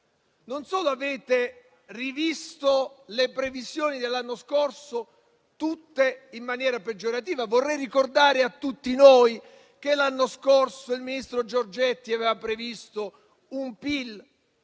Non solo avete rivisto tutte le previsioni dell'anno scorso in maniera peggiorativa. Ma vorrei ricordare a tutti noi che l'anno scorso il ministro Giorgetti aveva previsto un PIL